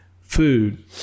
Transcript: Food